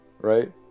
Right